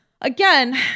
again